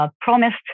promised